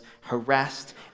harassed